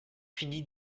fini